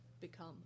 become